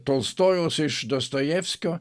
tolstojaus iš dostojevskio